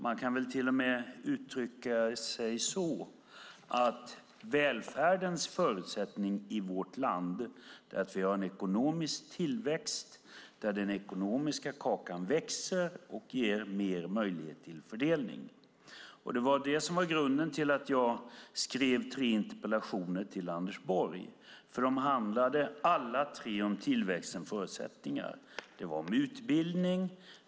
Man kan till och med säga att välfärdens förutsättning i vårt land är att vi har en ekonomisk tillväxt där den ekonomiska kakan växer och ger mer möjlighet till fördelning. Det var grunden till att jag skrev tre interpellationer till Anders Borg. De handlade alla tre om tillväxtens förutsättningar. Det handlade om utbildning.